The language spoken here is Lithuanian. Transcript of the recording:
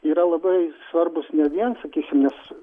yra labai svarbūs ne vien sakysim nes